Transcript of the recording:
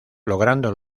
logrando